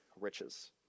riches